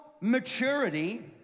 maturity